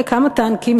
אבל לא משנה כמה טנקים,